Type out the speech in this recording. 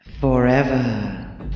Forever